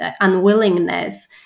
unwillingness